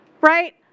Right